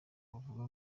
bavuga